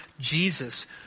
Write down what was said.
Jesus